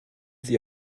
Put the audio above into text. sie